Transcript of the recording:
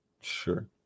Sure